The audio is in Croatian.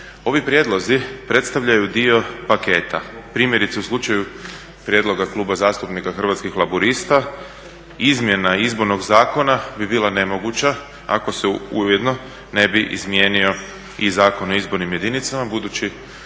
Ovi prijedlozi predstavljaju dio paketa, primjerice u slučaj prijedloga Kluba zastupnika Hrvatskih laburista izmjena Izbornog zakona bi bila nemoguća ako se ujedno ne bi izmijenio i Zakon o izbornim jedinicama budući